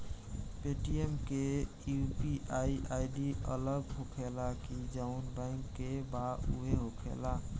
Paytm के UPI ID अलग होखेला की जाऊन बैंक के बा उहे होखेला?